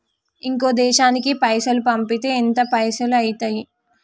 ఇంకో దేశానికి పైసల్ పంపితే ఎంత పైసలు అయితయి?